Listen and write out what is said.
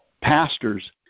pastors